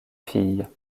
filles